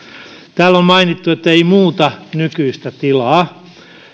täällä on mainittu että tämä ei muuta nykyistä tilaa